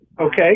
okay